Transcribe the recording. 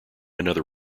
another